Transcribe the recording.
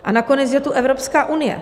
A nakonec je tu Evropská unie.